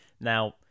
now